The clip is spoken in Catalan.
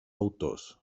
autors